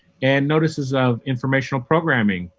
and notices of informational programming,